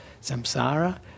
samsara